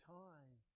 time